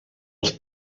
els